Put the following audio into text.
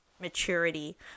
maturity